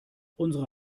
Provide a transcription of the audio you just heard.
unsere